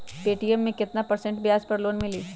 Paytm मे केतना percent ब्याज पर लोन मिली?